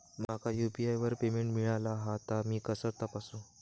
माका यू.पी.आय वर पेमेंट मिळाला हा ता मी कसा तपासू?